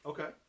Okay